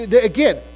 again